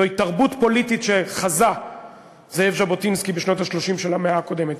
זו תרבות פוליטית שחזה זאב ז'בוטינסקי בשנות ה-30 של המאה הקודמת.